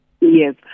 Yes